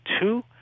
two